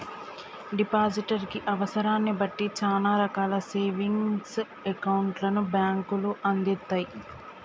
depositor కి అవసరాన్ని బట్టి చానా రకాల సేవింగ్స్ అకౌంట్లను బ్యేంకులు అందిత్తయ్